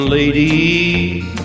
lady